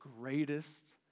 greatest